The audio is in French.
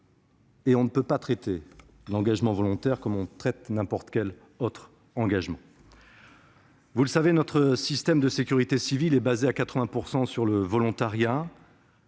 On ne peut pas traiter l'engagement volontaire comme on traite n'importe quel autre engagement. Vous le savez, notre système de sécurité civile repose à 80 % sur le volontariat.